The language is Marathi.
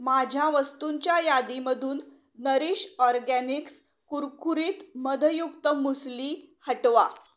माझ्या वस्तूंच्या यादीमधून नरिश ऑरगॅनिक्स कुरकुरीत मधयुक्त मुसली हटवा